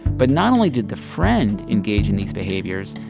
but not only did the friend engage in these behaviors,